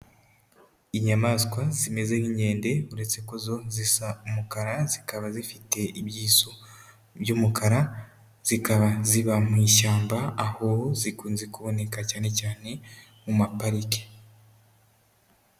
Inyamaswa zimeze nk'inkende, uretse ko zo zisa umukara, zikaba zifite ibyiso by'umukara, zikaba ziba mu ishyamba, aho zikunze kuboneka cyane cyane mu maparike.